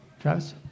Travis